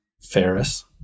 Ferris